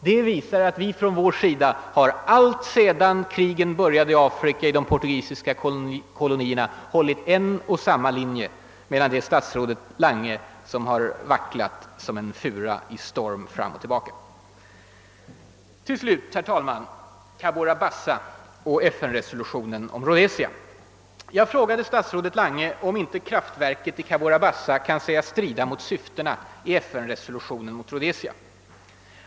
Detta vi sar att vi på vårt håll alltsedan krigen började i de portugisiska kolonierna i Afrika följt en och samma linje medan statsrådet Lange vacklat fram och tillbaka som en fura i storm. Jag vill till slut ta upp Cabora Bassa och FN-resolutionen om Rhodesia. Jag frågade statsrådet Lange om inte kraftverket i Cabora Bassa kunde sägas strida mot syftena i FN-resolutionen mot Rhodesia.